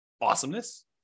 Awesomeness